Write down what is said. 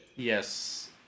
Yes